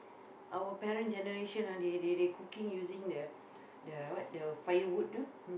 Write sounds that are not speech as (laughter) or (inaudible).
our parents generation ah they they they cooking using the the what firewood (noise)